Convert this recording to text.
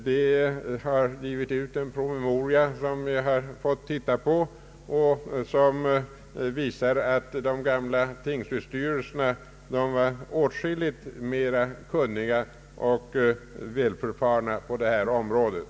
Det har utgivits en promemoria, som jag har fått titta på och som visar att de gamla tingshusstyrelserna var åtskilligt mera kunniga och välförfarna på området.